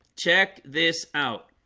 check this out